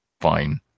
fine